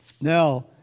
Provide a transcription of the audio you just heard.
Now